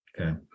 Okay